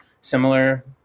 similar